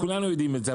כולנו יודעים את זה,